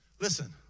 Listen